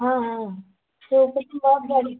हाँ हाँ तो कुछ भी बहुत बड़ी